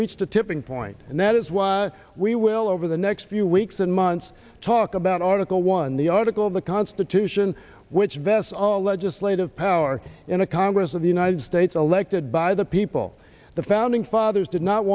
reached a tipping point and that is why we will over the next few weeks and months talk about article one the article of the constitution which vests all legislative power in a congress of the united states elected by the people the founding fathers did not